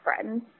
friends